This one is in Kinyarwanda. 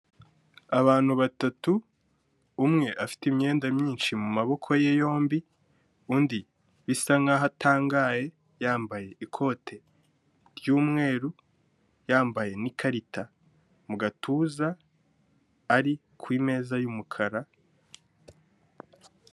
Abantu batatu umwe afite imyenda myinshi mu maboko ye yombi, undi bisa nkaho atangaye, yambaye ikote ry'umweru, yambaye n'ikarita mu gatuza ari kumeza y'umukara.